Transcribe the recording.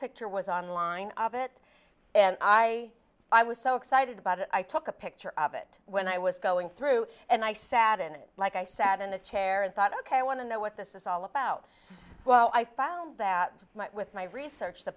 picture was on line of it and i i was so excited about it i took a picture of it when i was going through and i sat in it like i sat in a chair and thought ok i want to know what this is all about well i found that with my research the